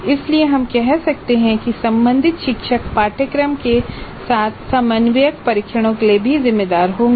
इसलिए हम कह सकते हैं कि संबंधित शिक्षक पाठ्यक्रम के साथ समन्वयक परीक्षणों के लिए भी जिम्मेदार होंगे